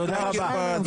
תודה רבה.